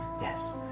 yes